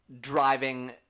driving